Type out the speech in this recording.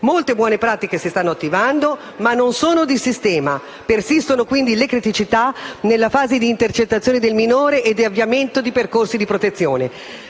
Molte buone pratiche si stanno attivando, ma non sono di sistema: persistono quindi le criticità nella fase di intercettazione del minore e di avviamento di percorsi di protezione.